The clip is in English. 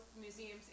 museums